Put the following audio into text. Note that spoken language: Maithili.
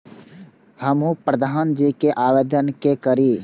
हमू प्रधान जी के आवेदन के करी?